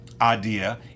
idea